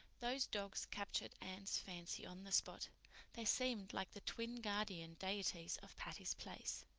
those dogs captured anne's fancy on the spot they seemed like the twin guardian deities of patty's place.